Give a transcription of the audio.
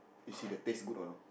you see the taste good or no